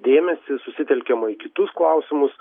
dėmesį susitelkiama į kitus klausimus